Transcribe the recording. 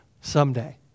someday